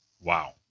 Wow